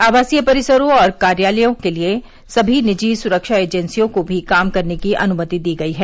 आवासीय परिसरों और कार्यालयों के लिए समी निजी सुरक्षा एजेंसियों को भी काम करने की अनुमति दी गई है